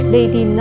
Lady